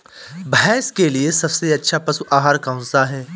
भैंस के लिए सबसे अच्छा पशु आहार कौनसा है?